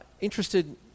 interested